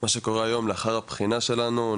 מה שקורה היום לאחר הבחינה שלנו,